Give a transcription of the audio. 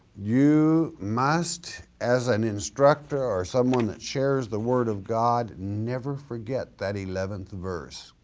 you must as an instructor or someone that shares the word of god never forget that eleventh verse.